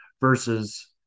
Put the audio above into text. versus